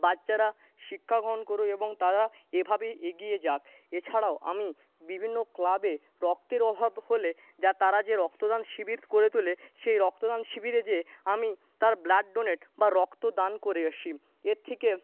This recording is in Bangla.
বাচ্চারা শিক্ষা গ্রহণ করুক এবং তারা এভাবেই এগিয়ে যাক এছাড়াও আমি বিভিন্ন ক্লাবে রক্তের অভাব হলে যা তারা যে রক্তদান শিবির গড়ে তোলে সেই রক্তদান শিবিরে যেয়ে আমি তার ব্লাড ডোনেট বা রক্ত দান করে আসি এর থেকে